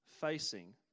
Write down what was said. facing